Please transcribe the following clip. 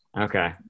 Okay